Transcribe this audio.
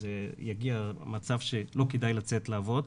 יגיע מצב שלא כדאי לצאת לעבוד,